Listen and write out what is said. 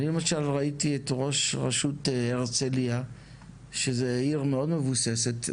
אני למשל ראיתי את ראש רשות הרצליה שהיא עיר מאוד מבוססת,